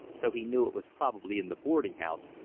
so he knew it was probably in the boarding-house,